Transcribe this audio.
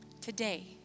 Today